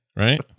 Right